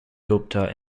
gupta